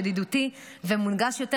ידידותי ומונגש יותר,